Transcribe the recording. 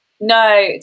No